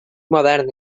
modern